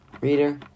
reader